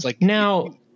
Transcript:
Now